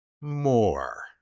more